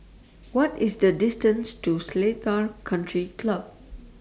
What IS The distance to Seletar Country Club